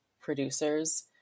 producers